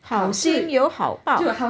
好心有好报